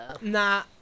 Nah